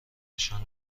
نشان